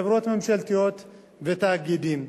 חברות ממשלתיות ותאגידים,